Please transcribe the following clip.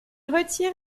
retire